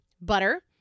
butter